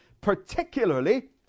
particularly